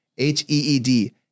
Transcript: H-E-E-D